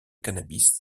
cannabis